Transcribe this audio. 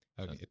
Okay